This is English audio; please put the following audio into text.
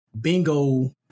bingo